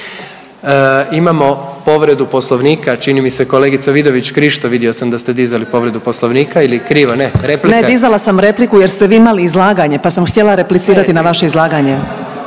Imamo povredu Poslovnika, čini mi se, kolegica Vidović Krišto, vidio sam da ste dizali povredu Poslovnika. Ili krivo, ne? Replika? **Vidović Krišto, Karolina (OIP)** Ne, dizala sam repliku jer ste vi imali izlaganje pa sam htjela replicirati na vaše izlaganje.